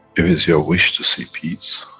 if it's your wish to see peace,